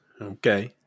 Okay